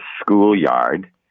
schoolyard